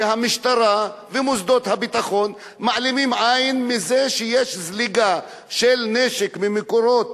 המשטרה ומוסדות הביטחון מעלימים עין מזה שיש זליגה של נשק ממקורות